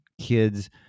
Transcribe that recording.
kids